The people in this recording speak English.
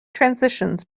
transitions